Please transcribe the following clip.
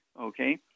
Okay